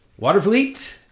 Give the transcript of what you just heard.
Waterfleet